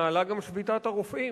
התנהלה גם שביתת הרופאים.